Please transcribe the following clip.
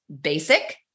basic